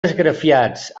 esgrafiats